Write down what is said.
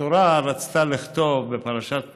כשהתורה רצתה לכתוב, בפרשת נח,